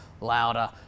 louder